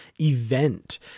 event